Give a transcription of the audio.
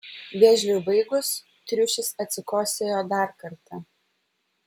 vėžliui baigus triušis atsikosėjo dar kartą